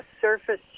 surface